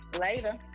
Later